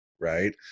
right